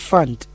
Fund